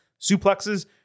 suplexes